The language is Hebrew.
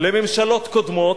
לממשלות קודמות,